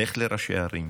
לך לראשי הערים,